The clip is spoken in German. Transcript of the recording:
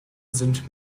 sind